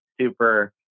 super